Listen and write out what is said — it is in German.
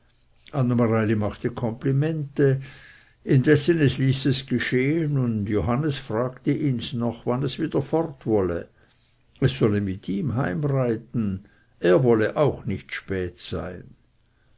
mareili machte komplimente indessen es ließ es geschehen und johannes fragte ihns noch wann es wieder fort wolle es solle mit ihm heimreiten er wolle auch nicht spät sein